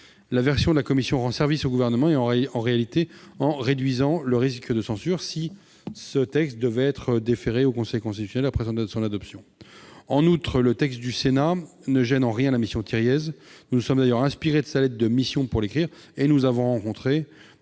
La rédaction de la commission rend service au Gouvernement, en réalité, en réduisant le risque de censure si ce texte devait être déféré au Conseil constitutionnel après son adoption. En outre, le texte du Sénat ne gêne en rien la mission Thiriez : nous nous sommes d'ailleurs inspirés de sa lettre de mission pour l'écrire et nous avons rencontré M.